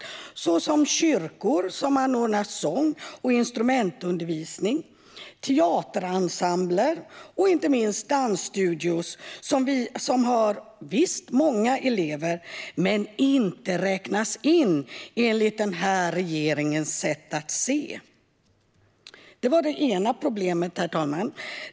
Det handlar om kyrkor, som anordnar sång och instrumentundervisning, teaterensembler och inte minst dansstudior, som har många elever men inte räknas med enligt regeringens sätt att se det. Det var det ena problemet, herr talman.